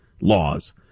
laws